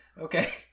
Okay